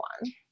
one